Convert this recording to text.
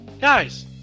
Guys